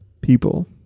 people